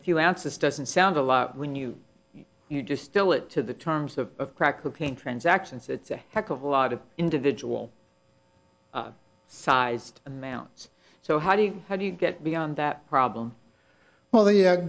a few ounces doesn't sound a lot when you you distill it to the terms of crack cocaine transactions it's a heck of a lot of individual sized amounts so how do you how do you get beyond that problem well the